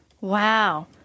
Wow